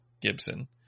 Gibson